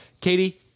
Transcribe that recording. Katie